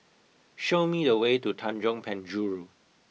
show me the way to Tanjong Penjuru